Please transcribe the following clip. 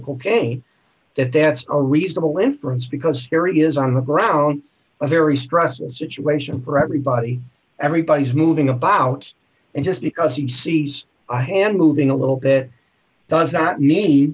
gain that that's a reasonable inference because areas on the ground a very stressful situation for everybody everybody's moving about and just because he sees a hand moving a little bit does not